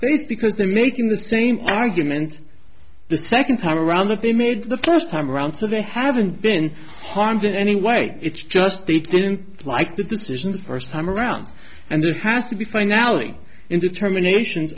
face because they're making the same arguments the second time around that they made the first time around so they haven't been harmed in any way it's just they didn't like the decision first time around and there has to be finality in determinations